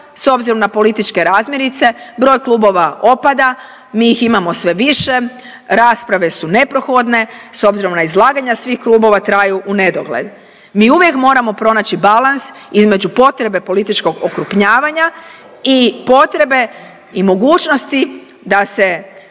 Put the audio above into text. s obzirom na političke razmirice, broj klubova opada, mi ih imamo sve više, rasprave su neprohodne s obzirom na izlaganja svih klubova, traju unedogled. Mi uvijek moramo pronaći balans između potrebe političkog okrupnjavanja i potrebe i mogućnosti da se